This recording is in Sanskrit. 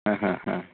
आ हा हा